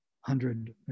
hundred